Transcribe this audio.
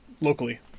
locally